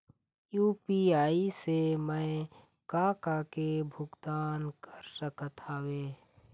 UPI से मैं का का के भुगतान कर सकत हावे?